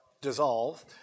dissolve